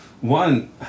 one